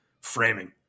framing